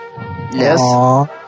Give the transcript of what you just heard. Yes